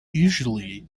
usually